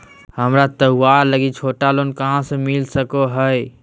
हमरा त्योहार लागि छोटा लोन कहाँ से मिल सको हइ?